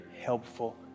helpful